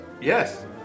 Yes